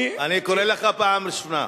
אני קורא לך פעם ראשונה.